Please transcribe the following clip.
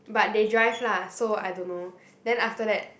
but they drive lah so I don't know then after that